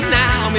now